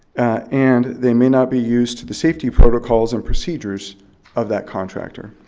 and they may not be used to the safety protocols and procedures of that contractor.